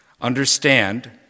Understand